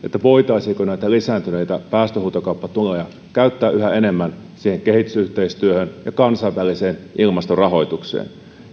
voitaisiinko näitä lisääntyneitä päästöhuutokauppatuloja käyttää yhä enemmän kehitysyhteistyöhön ja kansainväliseen ilmastorahoitukseen